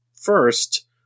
first